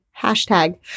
Hashtag